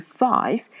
five